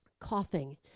coughing